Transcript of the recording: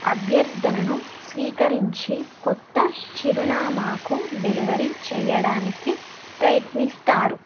అభ్యర్థనను స్వీకరించి కొత్త చిరునామాకు డెలివరీ చేయడానికి ప్రయత్నిస్తారు